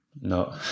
no